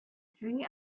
three